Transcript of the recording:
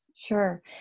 sure